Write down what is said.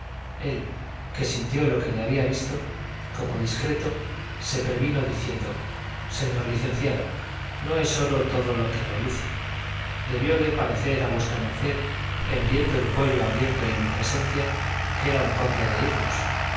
él que sintió lo que le había visto como discreto se previno diciendo señor licenciado no es oro todo lo que reluce debióle parecer a v md en viendo el cuello abierto y mi presencia que era un conde de irlos